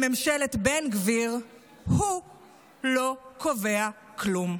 בממשלת בן גביר הוא לא קובע כלום.